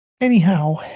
anyhow